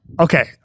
Okay